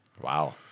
Wow